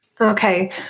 Okay